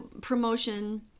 promotion